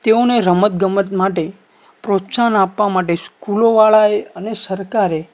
તેઓને રમતગમત માટે પ્રોત્સાહન આપવા માટે સ્કૂલોવાળાએ અને સરકારે